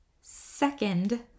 second